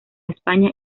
españa